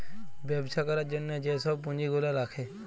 ব্যবছা ক্যরার জ্যনহে যে ছব পুঁজি গুলা রাখে